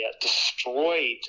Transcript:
destroyed